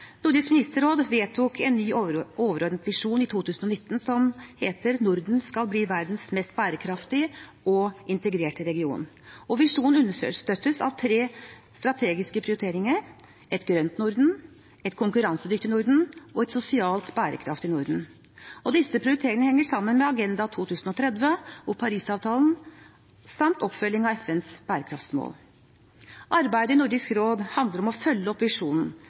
Nordisk ministerråd vedtok en ny overordnet visjon i 2019: Norden skal bli verdens mest bærekraftige og integrerte region. Visjonen understøttes av tre strategiske prioriteringer: et grønt Norden, et konkurransedyktig Norden og et sosialt bærekraftig Norden. Disse prioriteringene henger sammen med Agenda 2030 og Parisavtalen samt oppfølging av FNs bærekraftsmål. Arbeidet i Nordisk råd handler om å følge